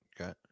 Okay